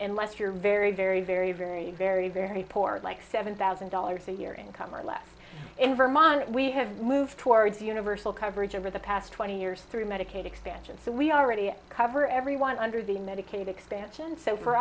in less you're very very very very very very poor at like seven thousand dollars a year income or less in vermont we have moved towards universal coverage over the past twenty years through medicaid expansion so we already cover everyone under the medicaid expansion so for